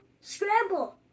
scramble